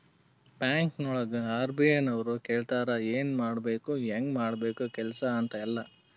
ಬ್ಯಾಂಕ್ಗೊಳಿಗ್ ಆರ್.ಬಿ.ಐ ನವ್ರು ಹೇಳ್ತಾರ ಎನ್ ಮಾಡ್ಬೇಕು ಹ್ಯಾಂಗ್ ಮಾಡ್ಬೇಕು ಕೆಲ್ಸಾ ಅಂತ್ ಎಲ್ಲಾ